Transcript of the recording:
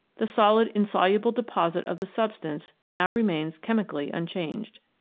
the solid insoluble deposit of the substance now remains chemically unchanged.